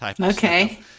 Okay